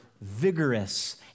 vigorous